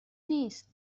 نیست